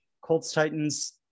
Colts-Titans